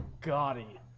gaudy